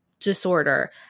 disorder